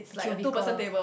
the cubicle